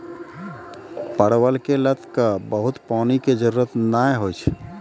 परवल के लत क बहुत पानी के जरूरत नाय होय छै